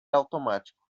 automático